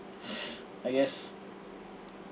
I guess